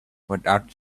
without